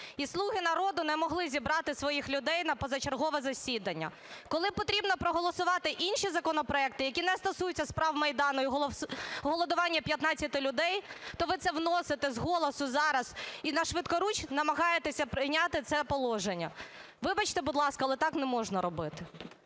і "Слуги народу" не могли зібрати своїх людей на позачергове засідання. Коли потрібно проголосувати інші законопроекти, які не стосуються справ Майдану і голодування 15 людей, то ви це вносите з голосу зараз і нашвидкуруч намагаєтеся прийняти це положення. Вибачте, будь ласка, але так не можна робити.